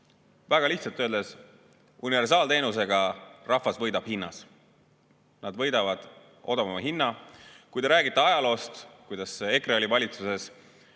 Väga lihtsalt öeldes: universaalteenusega võidab rahvas hinnas. Nad võidavad odavama hinna. Te räägite ajaloost, kui EKRE oli valitsuses.